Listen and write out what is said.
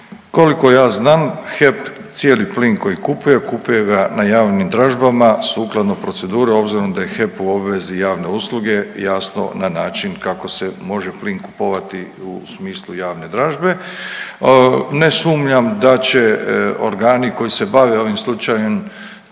Koliko ja znam, HEP cijeli plin koji kupuje, kupuje ga na javnim dražbama sukladno proceduri obzirom da je HEP u obvezi javne usluge jasno na način kako se može plin kupovati u smislu javne dražbe. Ne sumnjam da će organi koji se bave ovim slučajem